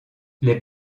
les